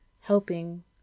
helping